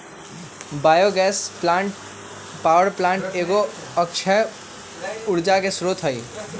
bio gas power plant एगो अक्षय ऊर्जा के स्रोत हइ